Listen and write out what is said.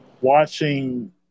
watching